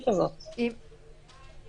מיוחדות להתמודדות עם נגיף הקורונה החדש (הוראת שעה),